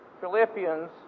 Philippians